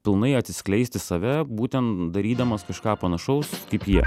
pilnai atsiskleisti save būtent darydamas kažką panašaus kaip jie